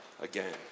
again